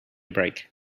break